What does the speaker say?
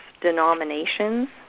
denominations